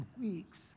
weeks